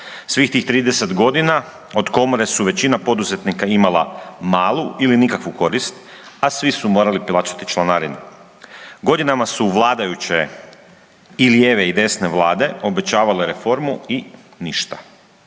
Svih tih 30 godina od komore su većina poduzetnika imala malu ili nikakvu korist, a svi su morali plaćati članarinu. Godinama su vladajuće i lijeve i desne vlade obećavale reformu i ništa.